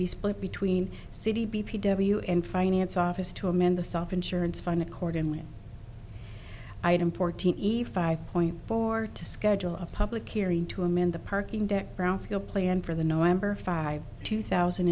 be split between city b p w and finance office to amend the soft insurance fund accordingly item fourteen eve five point four to schedule a public hearing to amend the parking deck brownfield plan for the november five two thousand